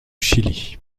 chili